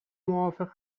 موافق